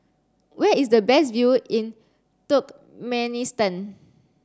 where is the best view in Turkmenistan